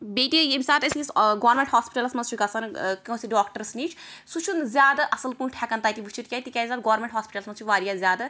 بیٚیہِ تہِ ییٚمہ ساتہٕ أسۍ گورمیٚنٛٹ ہاسپِٹلَس مَنٛز چھِ گَژھان ٲں کٲنٛسہِ ڈاکٹرس نِش سُہ چھُنہٕ زیادٕ اصٕل پٲٹھۍ ہیٚکان تتہِ وُچھِتھ کیٚنٛہہ تِکیٛازِ تَتھ گورمیٚنٛٹ ہاسپِٹَلَس مَنٛز چھِ واریاہ زیادٕ